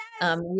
Yes